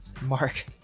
mark